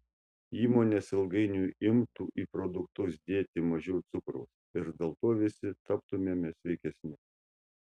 įmonės ilgainiui imtų į produktus dėti mažiau cukraus ir dėl to visi taptumėme sveikesni